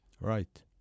Right